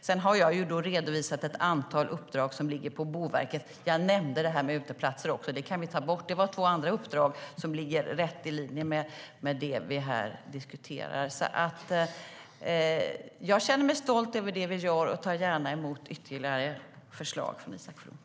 Sedan har jag redovisat ett antal uppdrag som ligger på Boverket. Jag nämnde också uteplatser. Det kan vi ta bort; det var två andra uppdrag som ligger i linje med det vi diskuterar här. Jag känner mig stolt över det vi gör och tar gärna emot ytterligare förslag från Isak From.